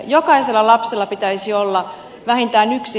jokaisella lapsella pitäisi olla vähintään yksi